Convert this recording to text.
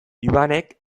ivanek